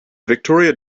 victoria